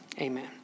amen